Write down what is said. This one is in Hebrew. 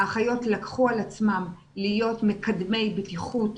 האחיות לקחו על עצמם להיות מקדמי בטיחות